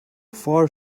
far